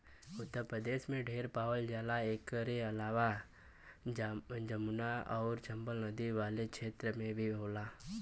उत्तर प्रदेश में ढेर पावल जाला एकर अलावा जमुना आउर चम्बल नदी वाला क्षेत्र में भी होला